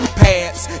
pads